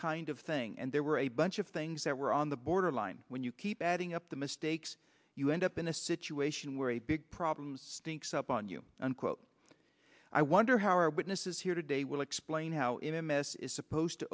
kind of thing and there were a bunch of things that were on the borderline when you keep adding up the mistakes you end up in a situation where a big problems thinks up on you unquote i wonder how our witnesses here today will explain how in a mess is supposed to